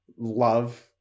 love